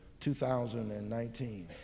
2019